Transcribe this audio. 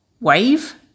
Wave